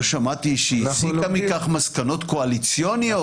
לא שמעתי שהיא הסיקה מכך מסקנות קואליציוניות.